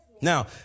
Now